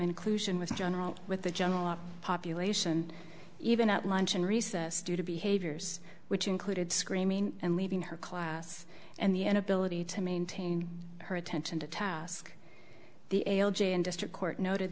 inclusion with general with the general population even at lunch and recess due to behaviors which included screaming and leaving her class and the inability to maintain her attention to task the elgin district court noted